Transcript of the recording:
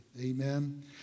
Amen